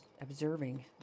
observing